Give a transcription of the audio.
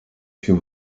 się